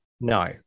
no